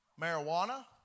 marijuana